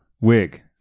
Wig